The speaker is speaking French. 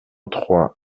trois